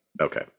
Okay